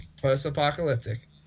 post-apocalyptic